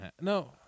No